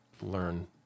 learn